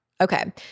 Okay